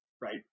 right